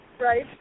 Right